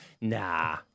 nah